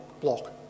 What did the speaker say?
block